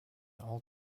all